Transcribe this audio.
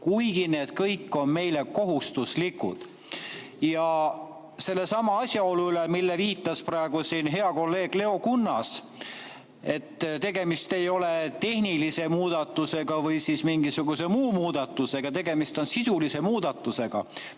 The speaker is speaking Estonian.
kuigi need kõik on meile kohustuslikud. Seesama asjaolu, mille viitas praegu siin hea kolleeg Leo Kunnas, et tegemist ei ole tehnilise muudatusega või mingisuguse muu muudatusega, tegemist on sisulise muudatusega.